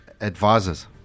advisors